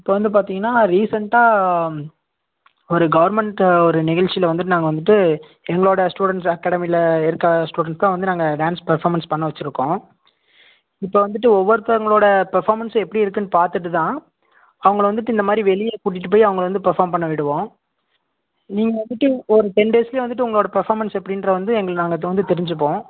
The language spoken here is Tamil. இப்போ வந்து பார்த்தீங்கன்னா ரீசெண்ட்டாக ஒரு கவர்மெண்ட்டு ஒரு நிகழ்ச்சியில வந்துட்டு நாங்கள் வந்துட்டு எங்களோடய ஸ்டூடெண்ட்ஸ் அகாடமியில இருக்கற ஸ்டூடெண்ட்க்கும் வந்து நாங்கள் டான்ஸ் பர்ஃபாமன்ஸ் பண்ணவச்சிருக்கோம் இப்போ வந்துட்டு ஒவ்வொருத்தவங்களோடய பர்ஃபாமன்ஸ்ஸு எப்படி இருக்குதுன்னு பார்த்துட்டு தான் அவங்களை வந்துட்டு இந்தமாதிரி வெளியே கூட்டிகிட்டு போய் அவங்களை வந்து பர்ஃபாம் பண்ண விடுவோம் நீங்கள் வந்துட்டு ஒரு டென் டேஸ்லேயே வந்துட்டு உங்களோடய பர்ஃபாமன்ஸ் எப்படின்றது வந்து எங்களுக்கு நாங்கள் அதை வந்து தெரிஞ்சிப்போம்